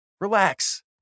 Relax